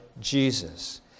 Jesus